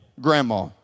Grandma